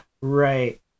Right